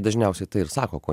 dažniausiai tai ir sako ko